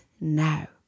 now